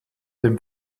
dem